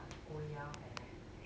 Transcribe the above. oh ya hor